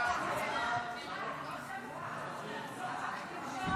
ההצעה להעביר את הצעת חוק גיל